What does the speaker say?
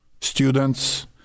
Students